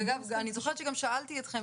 אני זוכרת שגם שאלתי אתכם,